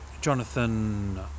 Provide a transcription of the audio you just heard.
Jonathan